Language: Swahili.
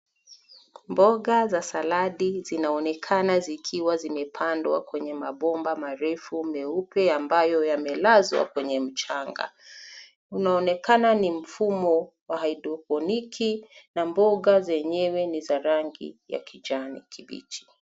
Mboga za saladi zinaonekana zikiwa zimepandwa kwenye mabomba marefu meupe ambayo yamelazwa kwenye mchanga. Inaonekana ni mfumo wa haidroponiki na mboga zenyewe ni za rangi ya kijani kibichi.